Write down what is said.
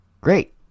great